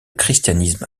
christianisme